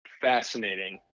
Fascinating